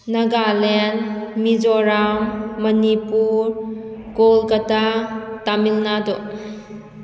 Nagaland Mizoram Manipur Kolkata Tamil Nadu